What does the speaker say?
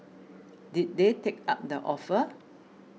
did they take up the offer